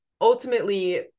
ultimately